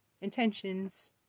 intentions